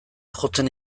jotzen